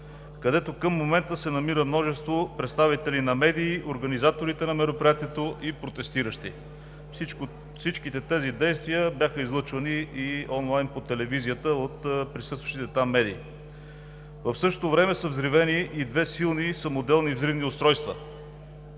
където към момента се намират множество представители на медиите, организаторите на мероприятието и протестиращи. Всичките тези действия бяха излъчвани и онлайн по телевизията от присъстващите там медии. В същото време са взривени и две силни самоделни взривни устройства.